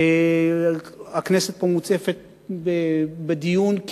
הכנסת מוצפת בדיון,